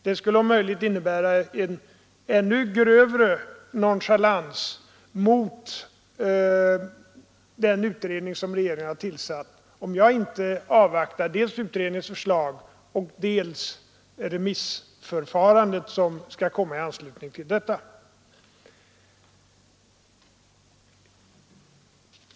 Det skulle om möjligt innebära en ännu grövre nonchalans mot den utredning som regeringen har tillsatt om jag inte avvaktade dels utredningens förslag, dels det remissförfarande som skall komma i anslutning till detta.